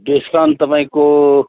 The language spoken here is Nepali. डस्काउन्ट तपाईँको